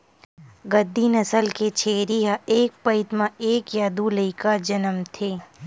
गद्दी नसल के छेरी ह एक पइत म एक य दू लइका जनमथे